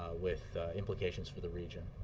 ah with implications for the region.